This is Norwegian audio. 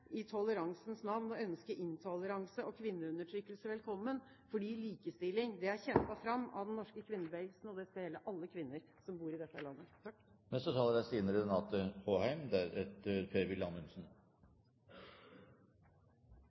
i toleransen navn – å ønske intoleranse og kvinneundertrykkelse velkommen, fordi likestilling er kjempet fram av den norske kvinnebevegelsen, og det skal gjelde alle kvinner som bor i dette landet. Heldekkende plagg er